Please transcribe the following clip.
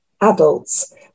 adults